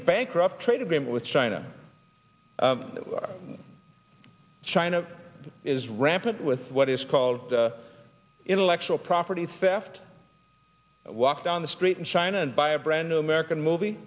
bankrupt trade agreement with china china is rampant with what is called intellectual property theft walk down the street in china and buy a brand new american movie